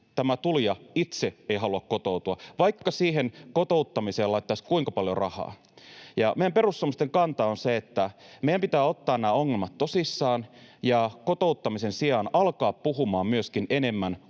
tämä tulija itse ei halua kotoutua, vaikka siihen kotouttamiseen laitettaisiin kuinka paljon rahaa. Meidän perussuomalaisten kanta on se, että meidän pitää ottaa nämä ongelmat tosissaan ja kotouttamisen sijaan alkaa puhumaan myöskin enemmän